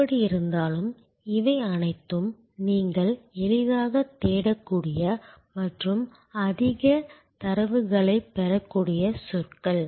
எப்படியிருந்தாலும் இவை அனைத்தும் நீங்கள் எளிதாகத் தேடக்கூடிய மற்றும் அதிக தரவுகளைப் பெறக்கூடிய சொற்கள்